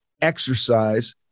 exercise